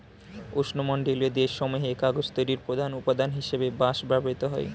উষ্ণমণ্ডলীয় দেশ সমূহে কাগজ তৈরির প্রধান উপাদান হিসেবে বাঁশ ব্যবহৃত হয়